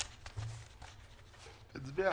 נצביע.